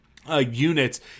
Units